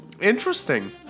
Interesting